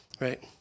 right